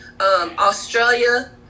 Australia